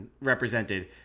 represented